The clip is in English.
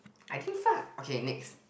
I didn't fart okay next